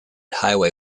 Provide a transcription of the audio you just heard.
highway